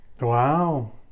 Wow